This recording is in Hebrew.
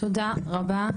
תודה רבה,